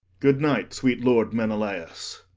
good night, sweet lord menelaus.